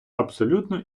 абсолютно